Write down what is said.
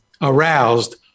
aroused